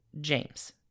James